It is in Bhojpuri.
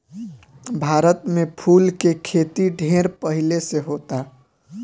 भारत में फूल के खेती ढेर पहिले से होता